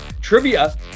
trivia